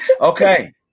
Okay